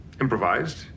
improvised